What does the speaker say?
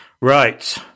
Right